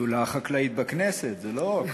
שדולה חקלאית בכנסת, זה לא ככה.